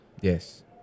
Yes